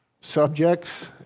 subjects